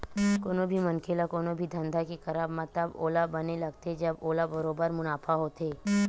कोनो भी मनखे ल कोनो भी धंधा के करब म तब ओला बने लगथे जब ओला बरोबर मुनाफा होथे